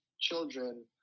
children